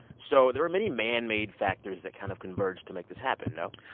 so there were many man-made factors that kind of converged to make this happen, no?